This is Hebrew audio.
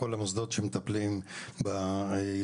כל המוסדות שמטפלים בילדים,